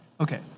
Okay